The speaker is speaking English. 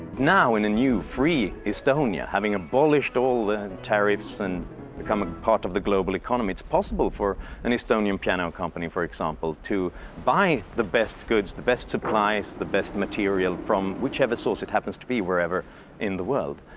now in a new, free estonia, having abolished all the tariffs and become a part of the global economy, it's possible for an estonian piano company, for example, to buy the best goods, the best supplies, the best material from whichever source it happens to be wherever in the world.